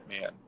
man